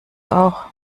auch